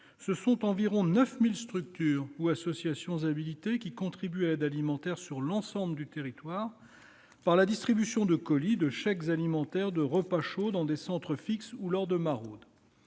Ce sont ainsi environ 9 000 structures ou associations habilitées qui contribuent à l'aide alimentaire sur l'ensemble du territoire, grâce à la distribution de colis, de chèques alimentaires, de repas chauds, dans des centres fixes ou lors de maraudes.